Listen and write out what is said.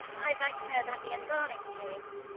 i'd like to know about the embalming fluids.